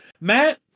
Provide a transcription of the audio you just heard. Matt